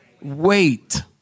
Wait